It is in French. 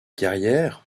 carrière